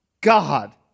God